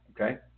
okay